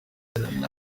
nyuma